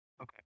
Okay